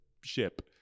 ship